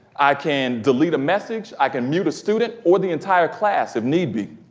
i can delete a message. i can mute a student or the entire class if need be.